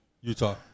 Utah